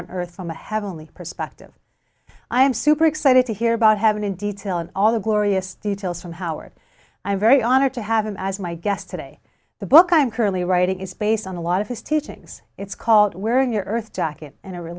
on earth from a heavenly perspective i am super excited to hear about heaven in detail and all the glorious details from howard i'm very honored to have him as my guest today the book i'm currently writing is based on a lot of his teachings it's called wearing your earth jacket and